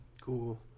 cool